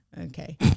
okay